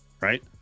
Right